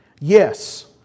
Yes